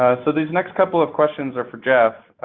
so, these next couple of questions are for jeff.